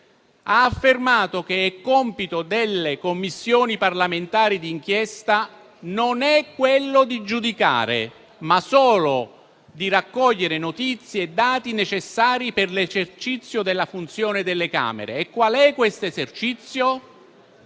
ha affermato che compito delle Commissioni parlamentari di inchiesta non è quello di giudicare, ma solo di raccogliere notizie e dati necessari per l'esercizio della funzione delle Camere. E qual è questo esercizio?